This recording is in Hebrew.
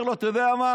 אומר לו: אתה יודע מה?